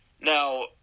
Now